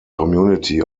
community